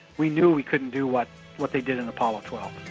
we knew we couldn't do what what they did in apollo twelve.